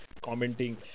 commenting